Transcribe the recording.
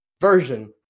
version